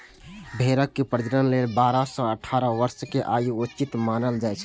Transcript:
भेड़क प्रजनन लेल बारह सं अठारह वर्षक आयु उचित मानल जाइ छै